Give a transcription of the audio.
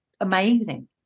amazing